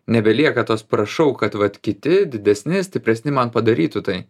nebelieka tos prašau kad vat kiti didesni stipresni man padarytų tai